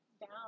down